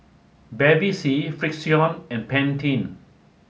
Bevy C Frixion and Pantene